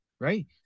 right